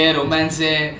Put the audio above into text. romance